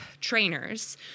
trainers